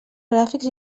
gràfics